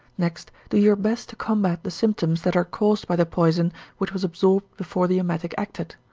next, do your best to combat the symptoms that are caused by the poison which was absorbed before the emetic acted.